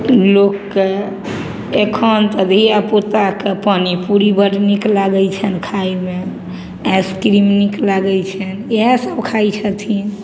लोकके एखन तऽ धिआपुताके पानिपूड़ी बड्ड नीक लागै छनि खायमे आइसक्रीम नीक लागै छनि इएह सब खाइ छथिन